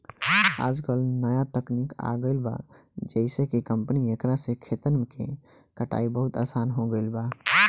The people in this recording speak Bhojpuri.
आजकल न्या तकनीक आ गईल बा जेइसे कि कंपाइन एकरा से खेतन के कटाई बहुत आसान हो गईल बा